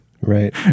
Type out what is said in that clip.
Right